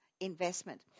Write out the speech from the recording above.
investment